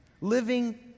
living